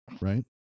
right